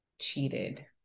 cheated